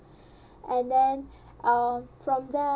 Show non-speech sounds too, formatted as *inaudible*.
*breath* and then uh from there